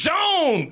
Joan